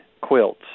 quilts